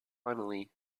finally